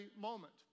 moment